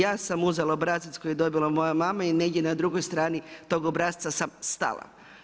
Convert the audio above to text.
Ja sam uzela obrazac koji je dobila moja mama i negdje na drugoj strani tog obrasca sam stala.